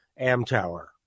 Amtower